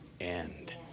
end